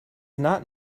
not